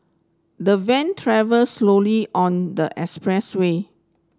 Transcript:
the van travel slowly on the expressway